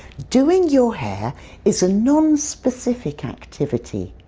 doing your hair is a non-specific activity.